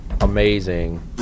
Amazing